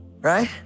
Right